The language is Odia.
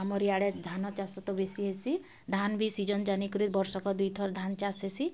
ଆମର୍ ଇଆଡ଼େ ଧାନ ଚାଷ ତ ବେଶୀ ହେସି ଧାନ୍ ବି ସିଜନ୍ ଜାନିକରି ବର୍ଷକ ଦୁଇଥର୍ ଧାନ୍ ଚାଷ୍ ହେସି